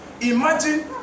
Imagine